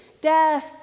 Death